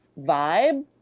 vibe